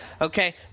Okay